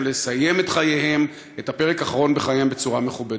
לסיים את הפרק האחרון בחייהם בצורה מכובדת.